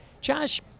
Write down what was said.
Josh